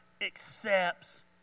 accepts